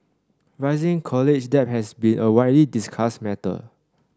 rising college debt has been a widely discussed matter